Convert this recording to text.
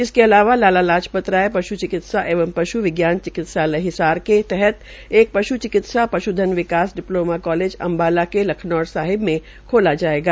इसके अलावा लाला लाजपत राय पश् चिक्ति्सा एवं पश् विज्ञान चिकित्सालय हिसार के तहत एक पश् चिकित्सा पश् धन विकास डिप्लोमा कालेज अम्बाला के लखनौर साहेब में खोला जायेगा